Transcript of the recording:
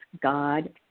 God